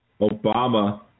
Obama